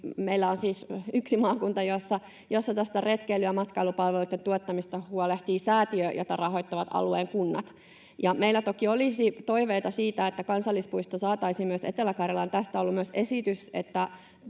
meillä on siis yksi maakunta, jossa tästä retkeily‑ ja matkailupalveluitten tuottamisesta huolehtii säätiö, jota rahoittavat alueen kunnat. Meillä toki olisi toiveita siitä, että kansallispuisto saataisiin myös Etelä-Karjalaan. Tästä on ollut myös esitys,